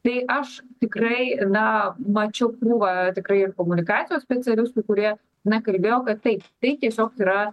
tai aš tikrai na mačiau krūvą tikrai ir komunikacijos specialistų kurie na kalbėjo kad taip tai tiesiog yra